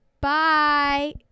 bye